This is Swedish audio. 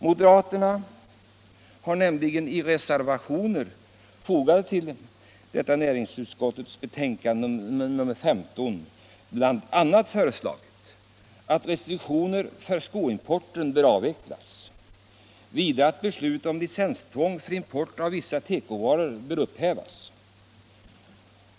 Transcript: Moderaterna har nämligen i reservationer fogade till näringsutskottets betänkande nr 15 bl.a. föreslagit att restriktionerna för skoimporten bör avvecklas, vidare att beslutet om licenstvång för import av vissa tekovaror bör upphävas.